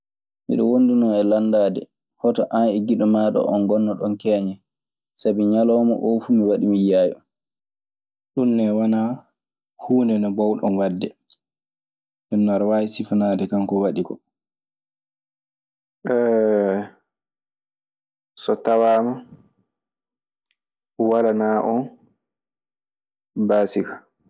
"Miɗe wondunoo e landaade hoto an e giɗo maaɗa oo ngonnoɗon keeñen. Sabi ñalawma oo fuu mi waɗii mi yiyaayi on. Ɗun wanaa huunde nde mboowɗon waɗde. Nden non aɗe waawi sifanaade kan ko waɗi koo." so tawaama walana on baasi ka.